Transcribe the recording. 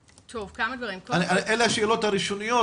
אלה השאלות הראשוניות,